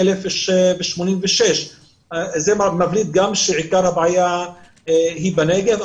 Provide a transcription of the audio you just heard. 1,086. זה מבליט שעיקר הבעיה היא בנגב,